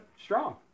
strong